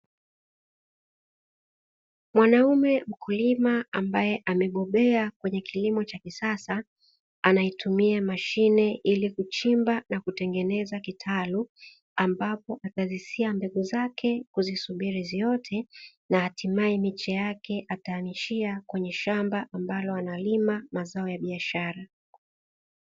Mwanaume mkulima ambaye amebobea kwenye kilimo cha kisasa anaitumia mashine ili kuchimba na kutengeneza kitalu ambapo atazisia mbegu zake kuzisubiri ziote na hatimaye miche yake ataiamishia kwenye shamba ambalo analima mazao ya biashara.